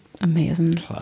amazing